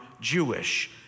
Jewish